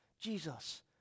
jesus